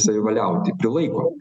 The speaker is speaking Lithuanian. savivaliauti prilaiko